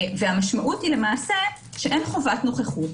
והמשמעות היא שאין חובת נוכחות,